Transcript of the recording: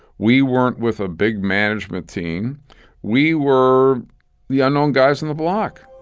we weren't with a big management team we were the unknown guys on the block.